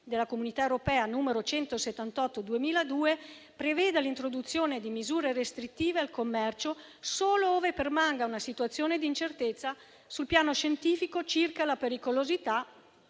della Comunità europea n. 178 del 2002, preveda l'introduzione di misure restrittive al commercio solo ove permanga una situazione di incertezza sul piano scientifico circa la pericolosità